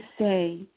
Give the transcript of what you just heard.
say